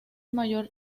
mayor